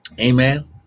Amen